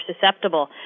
susceptible